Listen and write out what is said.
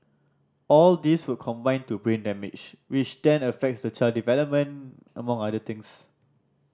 all these would contribute to brain damage which then affect the child development among other things